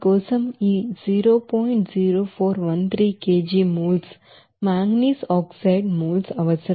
0413 kg moles manganese oxide moles అవసరం